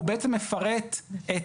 הוא בעצם מפרט את